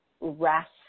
rest